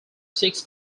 six